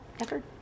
effort